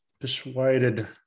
persuaded